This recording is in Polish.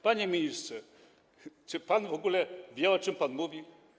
Panie ministrze, czy pan w ogóle wie, o czym pan mówi?